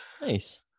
Nice